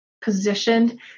positioned